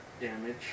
damage